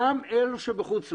גם אלו שבחוץ לארץ,